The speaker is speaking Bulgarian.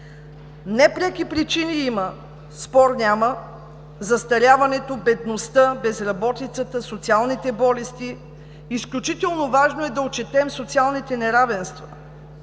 Непреки причини има, спор няма – застаряването, бедността, безработицата, социалните болести. Изключително важно е да отчетем социалните неравенства.